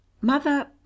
Mother